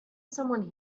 someone